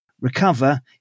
recover